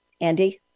Andy